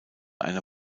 eine